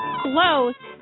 close